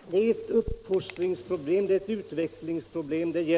Herr talman! Jag kan försäkra herr Svensson i Malmö — med anledning av citatet ur tidningen Dagen -— att jag inte tror på några demoner eller är beroende av dem. Jag sade att man inte kan kommendera fram någon ny inställning hos människor. Det är ett uppfostringsproblem och ett utvecklingsproblem, och sådana